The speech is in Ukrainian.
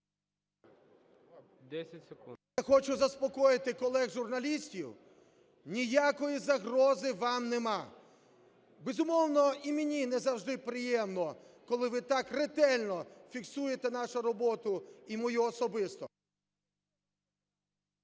Хочу заспокоїти колег журналістів, ніякої загрози вам немає. Безумовно, і мені не завжди приємно, коли ви так ретельно фіксуєте нашу роботу і мою особисто…